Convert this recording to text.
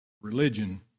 religion